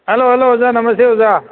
hello hello ꯑꯣꯖꯥ ꯅꯃꯁꯇꯦ ꯑꯣꯖꯥ